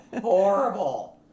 horrible